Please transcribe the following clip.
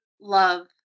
love